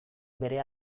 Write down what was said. bere